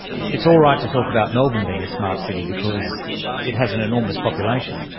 it's all right to talk about melbourne being a smart city because it has an enormous population,